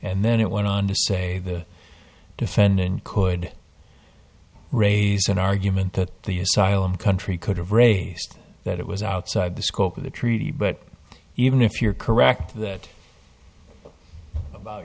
and then it went on to say the defendant could raise an argument that the asylum country could have raised that it was outside the scope of the treaty but even if you're correct that